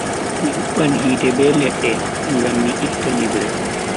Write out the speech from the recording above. Mi hubban hite be ledde ngam mi itta nyibre,